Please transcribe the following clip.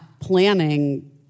planning